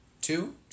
Two